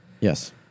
Yes